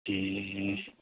ए